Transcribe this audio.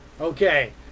okay